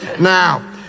Now